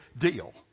deal